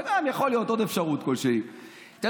רגע, חכה, עוד לא סיימתי, אוריאל.